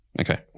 Okay